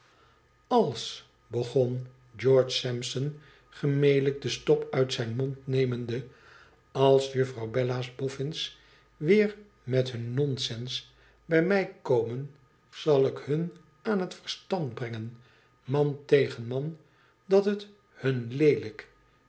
als begon george sampson gemelijk de stop uit zijn mond nemende als jufifrouw bella's boffins weer met hun nonsens bij mij komen zal ik hun aan het verstand brengen man tegeii man dat het hun leelijk